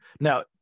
Now